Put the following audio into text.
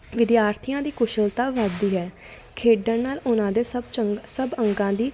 ਵਿਦਿਆਰਥੀਆਂ ਦੀ ਕੁਸ਼ਲਤਾ ਵੱਧਦੀ ਹੈ ਖੇਡਣ ਨਾਲ ਉਨਾਂ ਦੇ ਸਭ ਚੰ ਸਭ ਅੰਗਾਂ ਦੀ